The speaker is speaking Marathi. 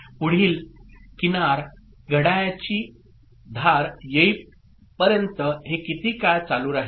पुढील एज किनार घड्याळाची एज धार येईपर्यंत हे किती काळ चालू राहील